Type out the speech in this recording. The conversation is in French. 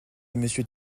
monsieur